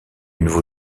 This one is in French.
nouveau